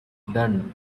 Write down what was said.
done